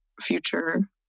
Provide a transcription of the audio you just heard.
future